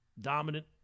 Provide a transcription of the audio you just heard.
dominant